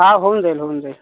हा होऊन जाईल होऊन जाईल